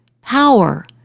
power